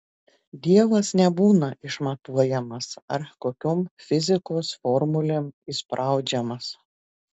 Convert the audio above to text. dievas nebūna išmatuojamas ar kokion fizikos formulėn įspraudžiamas